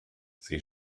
sie